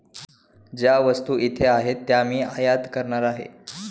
ज्या वस्तू इथे आहेत त्या मी आयात करणार आहे